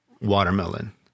watermelon